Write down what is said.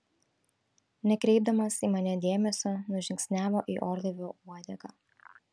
nekreipdamas į mane dėmesio nužingsniavo į orlaivio uodegą